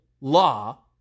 law